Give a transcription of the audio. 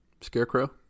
Scarecrow